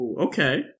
Okay